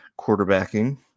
quarterbacking